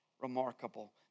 remarkable